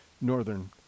northern